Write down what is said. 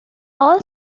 all